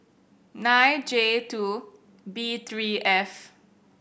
nine J two B three F